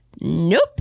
Nope